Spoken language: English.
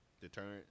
Deterrent